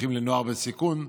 חונכים לנוער בסיכון,